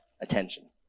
attention